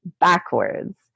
backwards